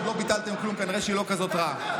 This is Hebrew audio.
עוד לא ביטלתם כלום, כנראה שהיא לא כזאת רעה.